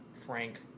Frank